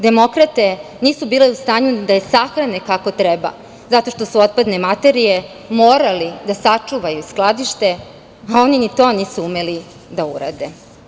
Demokrate nisu bile u stanju ni da je sahrane kako treba, zato što su otpadne materije morali da sačuvaju, skladište, a oni ni to nisu umeli da urade.